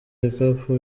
ibikapu